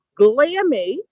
Glammy